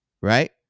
right